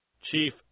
Chief